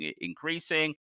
increasing